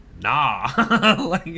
nah